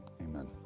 amen